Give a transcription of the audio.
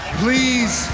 please